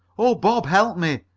oh, bob! help me!